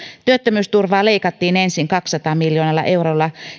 työttömyysturvaa leikattiin ensin kahdellasadalla miljoonalla eurolla